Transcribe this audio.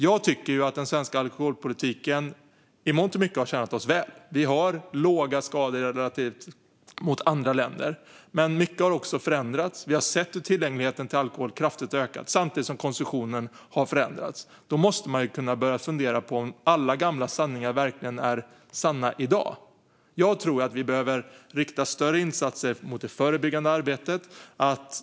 Jag tycker att den svenska alkoholpolitiken i mångt och mycket har tjänat oss väl. Vi har låga skador jämfört med andra länder. Men mycket har också förändrats. Vi har sett hur tillgängligheten till alkohol kraftigt har ökat samtidigt som konsumtionen förändrats. Då måste man kunna börja fundera på om alla gamla sanningar verkligen är sanna i dag. Jag tror att vi behöver rikta större insatser mot det förebyggande arbetet.